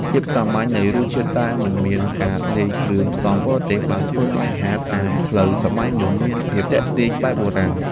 ភាពសាមញ្ញនៃរសជាតិដែលមិនមានការលាយគ្រឿងផ្សំបរទេសបានធ្វើឱ្យអាហារតាមផ្លូវសម័យមុនមានភាពទាក់ទាញបែបបុរាណ។